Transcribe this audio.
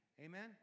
Amen